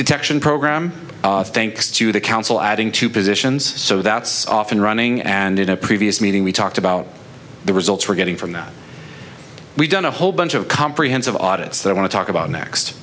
detection program thanks to the council adding to positions so that's off and running and in a previous meeting we talked about the results we're getting from that we've done a whole bunch of comprehensive audits that i want to talk about next